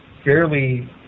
fairly